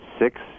six